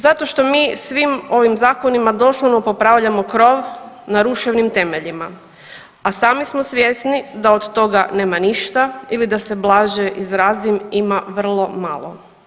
Zato što mi svim ovim zakonima doslovno popravljamo krov na ruševnim temeljima, a sami smo svjesni da od toga nema ništa ili da se blaže izrazim ima vrlo malo.